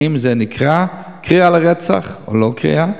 האם זה נקרא קריאה לרצח או לא קריאה?